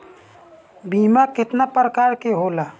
बीमा केतना प्रकार के होला?